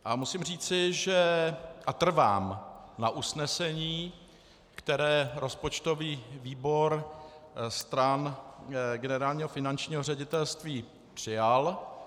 A musím říci a trvám na usnesení, které rozpočtový výbor stran Generálního finančního ředitelství přijal.